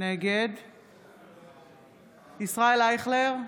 נגד ישראל אייכלר,